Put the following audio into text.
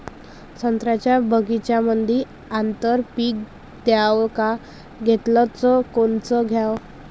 संत्र्याच्या बगीच्यामंदी आंतर पीक घ्याव का घेतलं च कोनचं घ्याव?